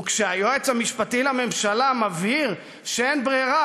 וכשהיועץ המשפטי לממשלה מבהיר שאין ברירה,